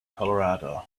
colorado